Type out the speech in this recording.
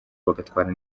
bagatwara